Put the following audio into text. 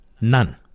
None